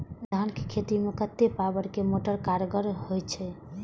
धान के खेती में कतेक पावर के मोटर कारगर होई छै?